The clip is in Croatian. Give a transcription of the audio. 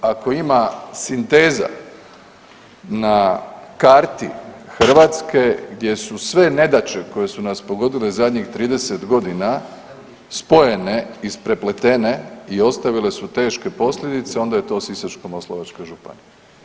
Ako ima sinteza na karti Hrvatske gdje su sve nedaće koje su nas pogodile zadnjih 30 godina spojene, isprepletene i ostavile su teške posljedice onda je to Sisačko-moslavačka županija.